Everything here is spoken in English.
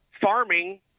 farming